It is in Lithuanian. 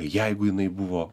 jeigu jinai buvo